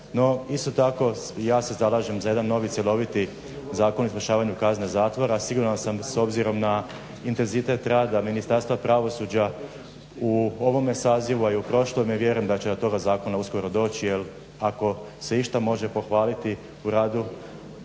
No, isto tako ja se zalažem za jedan novi cjeloviti Zakon o izvršavanju kazne zatvora. Siguran sam, s obzirom na intenzitet rada Ministarstva pravosuđa u ovome sazivu, a i u prošlome, vjerujem da će do toga zakona uskoro doći jer ako se išta može pohvaliti u radu